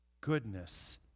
goodness